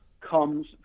comes